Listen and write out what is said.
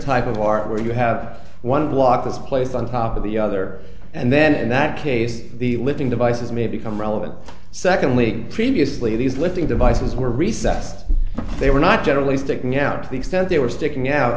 type of art where you have one block was placed on top of the other and then in that case the lifting devices may become relevant secondly previously these lifting devices were recessed they were not generally sticking out to the extent they were sticking out